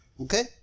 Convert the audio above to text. Okay